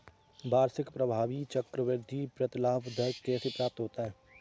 वार्षिक प्रभावी चक्रवृद्धि प्रतिलाभ दर कैसे प्राप्त होता है?